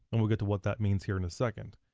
and we'll get to what that means here in a second.